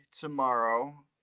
tomorrow